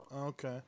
Okay